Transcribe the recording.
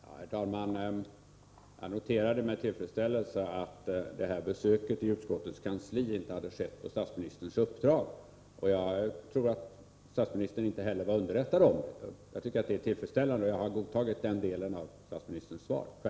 Herr talman! Jag noterade med tillfredsställelse att besöket i utskottets kansli inte skett på statsministerns uppdrag. Jag tror att statsministern inte heller har underrättats om saken. Jag tycker som sagt att det är tillfredsställande, och jag har självfallet godtagit den delen av statsministerns svar.